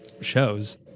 shows